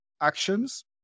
actions